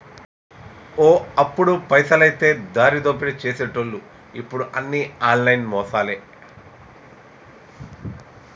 ఓ అప్పుడు పైసలైతే దారిదోపిడీ సేసెటోళ్లు ఇప్పుడు అన్ని ఆన్లైన్ మోసాలే